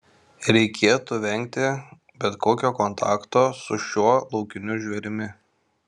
reikėtų vengti bet kokio kontakto su šiuo laukiniu žvėrimi